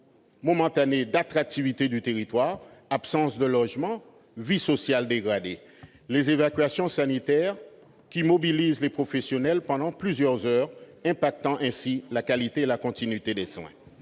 momentanée d'attractivité du territoire, à cause notamment de l'absence de logements et d'une vie sociale dégradée, et les évacuations sanitaires, qui mobilisent les professionnels pendant plusieurs heures, impactant ainsi la qualité et la continuité des soins.